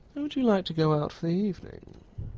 would you like to go out for the evening?